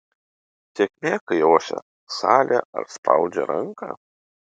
sėkmė kai ošia salė ar spaudžia ranką